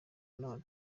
none